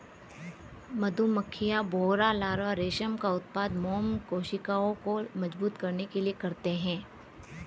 मधुमक्खियां, भौंरा लार्वा रेशम का उत्पादन मोम कोशिकाओं को मजबूत करने के लिए करते हैं